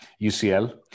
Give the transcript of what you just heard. UCL